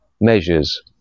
measures